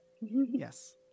Yes